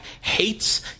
hates